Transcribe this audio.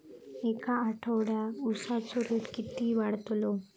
या आठवड्याक उसाचो रेट किती वाढतलो?